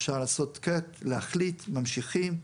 אפשר להחליט, ממשיכים,